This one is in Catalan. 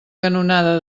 canonada